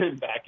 back